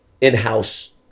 in-house